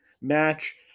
match